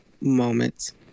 Moments